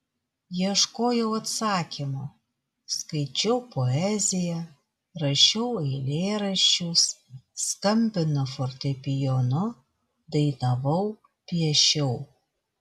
ieškojau atsakymo skaičiau poeziją rašiau eilėraščius skambinau fortepijonu dainavau piešiau